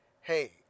hey